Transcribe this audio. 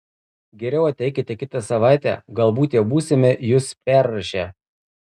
geriau ateikite kitą savaitę galbūt jau būsime jus perrašę